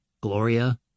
Gloria